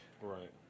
right